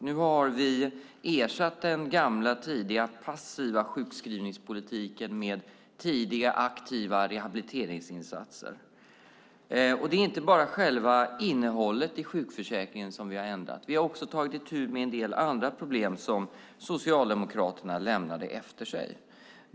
Nu har vi ersatt den gamla passiva sjukskrivningspolitiken med tidiga aktiva rehabiliteringsinsatser. Det är inte bara själva innehållet i sjukförsäkringen som vi har ändrat. Vi har också tagit itu med en del andra problem som Socialdemokraterna lämnade efter sig.